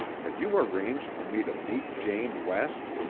have you arranged for me to meet jane west?